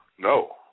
No